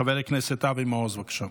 חבר הכנסת אבי מעוז, בבקשה.